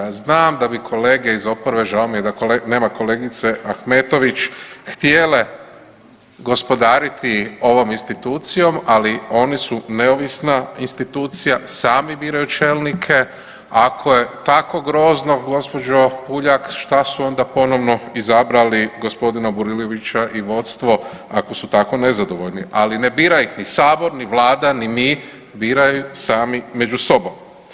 Ja znam da bi kolege iz oporbe, žao mi je da nema kolegice Ahmetović htjele gospodariti ovom institucijom, ali oni su neovisna institucija, sami biraju čelnike, ako je tako grozno gospođo Puljak šta su onda ponovno izabrali gospodina Burilovića i vodstvo ako su tako nezadovoljni, ali ne bira ih ni sabor, ni vlada, ni mi, biraju ih sami među sobom.